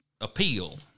appeal